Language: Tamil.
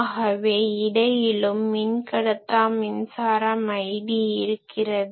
ஆகவே இடையிலும் மின்கடத்தா மின்சாரம் id இருக்கிறது